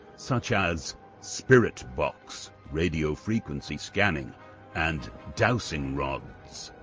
such as spirit box, radio frequency scanning and dowsing rods.